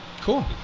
Cool